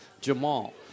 Jamal